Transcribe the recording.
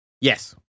Yes